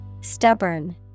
Stubborn